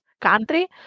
country